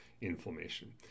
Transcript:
Inflammation